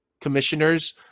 commissioners